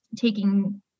taking